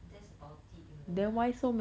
and that's about it you know nut